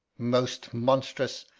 most monstrous!